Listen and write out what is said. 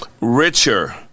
richer